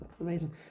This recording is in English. amazing